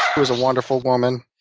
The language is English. it was a wonderful woman.